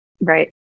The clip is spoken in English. Right